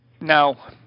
Now